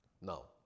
now